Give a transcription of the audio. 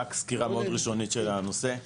רק סקירה מאוד ראשונית של הנושא.